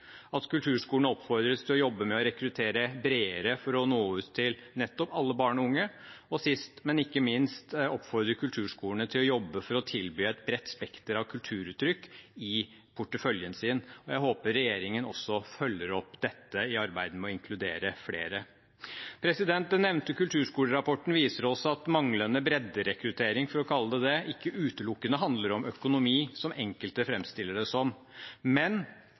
at kulturskolene oppfordres til å jobbe med å rekruttere bredere for å nå ut til nettopp alle barn og unge, og sist, men ikke minst oppfordre kulturskolene til å jobbe for å tilby et bredt spekter av kulturuttrykk i porteføljen sin. Jeg håper regjeringen også følger opp dette i arbeidet med å inkludere flere. Den nevnte kulturskolerapporten viser oss at manglende bredderekruttering, for å kalle det det, ikke utelukkende handler om økonomi, som enkelte framstiller det som. Men